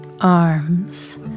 arms